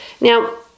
Now